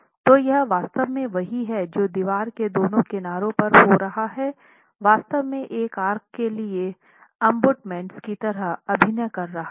तो यह वास्तव में वही है जो दीवार के दोनों किनारों पर हो रहा है वास्तव में एक आर्क के लिए अबुत्मेंटस की तरह अभिनय कर रहा हैं